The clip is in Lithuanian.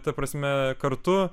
ta prasme kartu